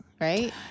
right